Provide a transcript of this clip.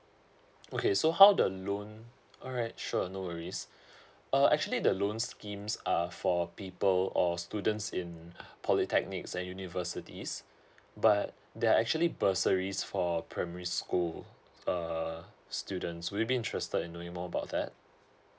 okay so how the loan alright sure no worries uh actually the loans schemes are for people or students in polytechnics and universities but there are actually bursaries for primary school uh students will you be interested in knowing more about that